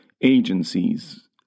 agencies